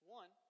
one